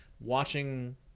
watching